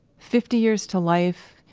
fifty years to life,